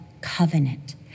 Covenant